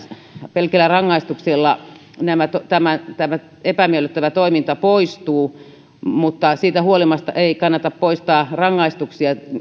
pelkillä rangaistuksilla tämä tämä epämiellyttävä toiminta poistuu mutta siitä huolimatta ei kannata poistaa rangaistuksia